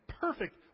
perfect